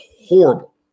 horrible